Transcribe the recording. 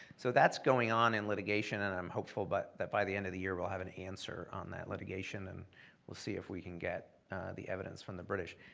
so that's going on in litigation and i'm hopeful but that by the end of the year we'll have an answer on that litigation, and we'll see if we can get the evidence from the british.